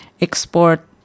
export